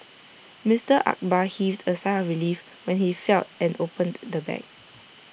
Mister Akbar heaved A sigh of relief when he felt and opened the bag